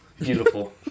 Beautiful